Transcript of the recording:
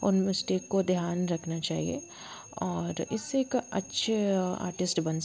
उन मिसटेक को ध्यान रखना चाहिए और इससे एक अच्छे आर्टिस्ट बन